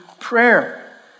prayer